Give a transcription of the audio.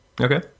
Okay